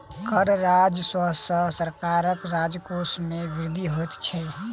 कर राजस्व सॅ सरकारक राजकोश मे वृद्धि होइत छै